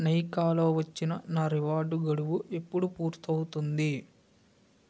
నైకాలో వచ్చిన నా రివార్డు గడువు ఎప్పుడు పూర్తవుతుంది